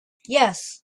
yes